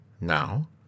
now